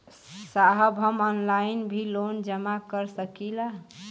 साहब हम ऑनलाइन भी लोन जमा कर सकीला?